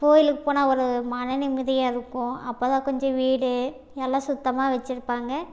கோவிலுக்கு போனால் ஒரு மனநிம்மதியாக இருக்கும் அப்போது தான் கொஞ்சம் வீடு எல்லாம் சுத்தமாக வெச்சிருப்பாங்க